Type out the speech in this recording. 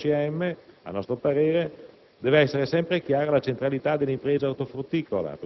Nel processo di riforma e di applicazione dell'OCM, a nostro parere, deve essere sempre chiara la centralità dell'impresa ortofrutticola,